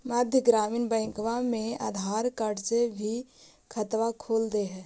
मध्य ग्रामीण बैंकवा मे आधार कार्ड से भी खतवा खोल दे है?